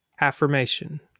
affirmation